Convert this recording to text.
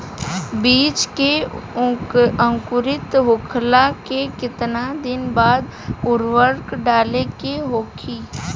बिज के अंकुरित होखेला के कितना दिन बाद उर्वरक डाले के होखि?